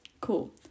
cool